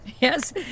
Yes